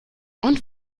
und